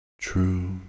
True